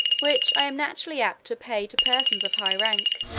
which i am naturally apt to pay to persons of high rank,